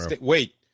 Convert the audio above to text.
Wait